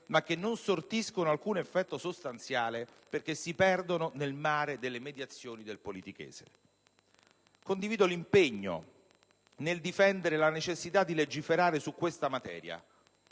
ma che non sortiscono alcun effetto sostanziale perché si perdono nel mare delle mediazioni del politichese. Condivido l'impegno nel difendere la necessità di legiferare su questa materia,